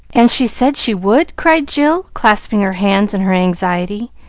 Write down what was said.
and she said she would? cried jill, clasping her hands in her anxiety,